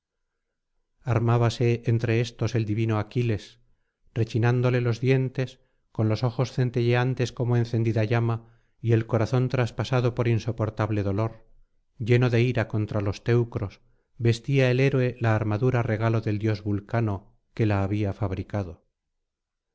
armábase entre éstos el divino aquiles rechinándole los dientes con los ojos centelleantes como encendida llama y él corazón traspasado por insoportable dolor lleno de ira contra los teucros vestía el héroe la armadura regalo del dios vulcano que la había fabricado